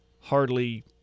hardly